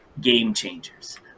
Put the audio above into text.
gamechangers